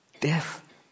Death